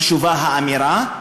חשובה האמירה,